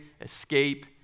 escape